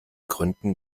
gründen